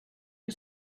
you